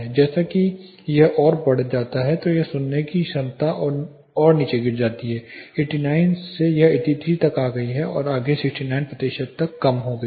जैसा कि यह और बढ़ जाता है यह सुनने या समझने की क्षमता और नीचे गिर जाएगी 89 से यह 83 तक आ गई और आगे 69 प्रतिशत तक कम हो गई है